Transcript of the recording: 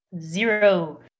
Zero